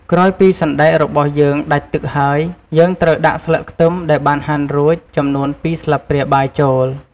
ក្រោយពីសណ្តែករបស់យើងដាច់ទឹកហើយ យើងត្រូវដាក់ស្លឹកខ្ទឹមដែលបានហាន់រួច ចំនួន២ស្លាបព្រាបាយចូល។